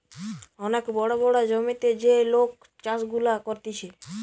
অনেক বড় বড় জমিতে যে লোক চাষ গুলা করতিছে